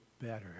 better